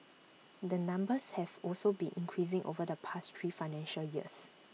the numbers have also been increasing over the past three financial years